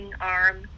arm